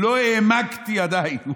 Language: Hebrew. לא העמקתי עדיין.